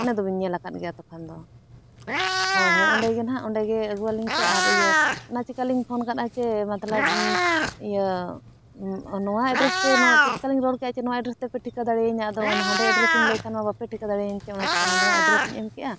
ᱚᱱᱮ ᱫᱚᱵᱤᱱ ᱧᱮᱞ ᱟᱠᱟᱫ ᱜᱮᱭᱟ ᱛᱚᱠᱷᱚᱱ ᱫᱚ ᱦᱳᱭ ᱦᱳᱭ ᱚᱸᱰᱮ ᱜᱮ ᱱᱟᱦᱟᱸᱜ ᱚᱸᱰᱮ ᱜᱮ ᱟᱹᱜᱩᱣᱟᱞᱤᱧ ᱯᱮ ᱟᱨ ᱤᱭᱟᱹ ᱚᱱᱟ ᱪᱤᱠᱟᱹᱞᱤᱧ ᱯᱷᱳᱱ ᱟᱠᱟᱫᱟ ᱡᱮ ᱢᱚᱛᱞᱚᱵ ᱤᱭᱟᱹ ᱱᱚᱣᱟ ᱮᱰᱨᱮᱥᱛᱮ ᱱᱚᱜ ᱚ ᱪᱮᱫ ᱪᱮᱠᱟᱹᱞᱤᱧ ᱨᱚᱲ ᱠᱮᱜᱼᱟ ᱥᱮ ᱱᱚᱣᱟ ᱮᱰᱨᱮᱥ ᱛᱮᱯᱮ ᱴᱷᱤᱠᱟᱹ ᱫᱟᱲᱮᱭᱤᱧᱟᱹ ᱟᱫᱚ ᱚᱱᱟ ᱦᱟᱸᱰᱮ ᱮᱰᱨᱮᱥᱤᱧ ᱞᱟᱹᱭ ᱠᱷᱟᱱ ᱢᱟ ᱵᱟᱯᱮ ᱴᱷᱤᱠᱟᱹ ᱫᱟᱲᱮᱭᱟᱹᱧ ᱪᱮ ᱚᱱᱟ ᱪᱤᱠᱟᱹ ᱱᱚᱰᱮᱱᱟᱜ ᱮᱰᱨᱮᱥᱤᱧ ᱮᱢ ᱠᱮᱜᱼᱟ